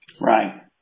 Right